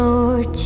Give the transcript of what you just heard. Lord